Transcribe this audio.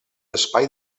espai